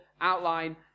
outline